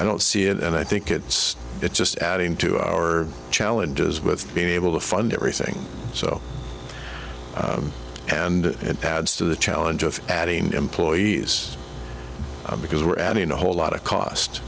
i don't see it and i think it's it's just adding to our challenges with being able to fund everything so and it adds to the challenge of adding employees because we're adding a whole lot of cost